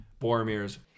Boromir's